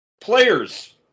players